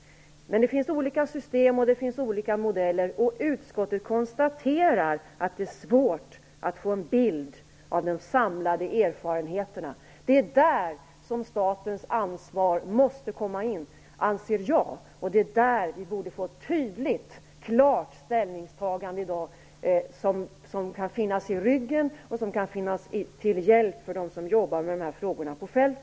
Det finns olika system och olika modeller, och utskottet konstaterar att det är svårt att få en bild av de samlade erfarenheterna. Det är där statens ansvar måste komma in, anser jag. Det är där vi borde få ett tydligt och klart ställningstagande i dag som kan finnas i ryggen och vara till hjälp för dem som jobbar med de här frågorna på fältet.